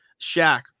Shaq